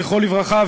זכרו לברכה,